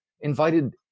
Invited